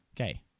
Okay